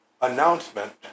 announcement